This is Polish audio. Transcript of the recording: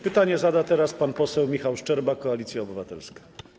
Pytanie zada teraz pan poseł Michał Szczerba, Koalicja Obywatelska.